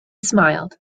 smiled